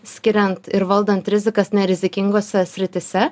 skiriant ir valdant rizikas nerizikingose srityse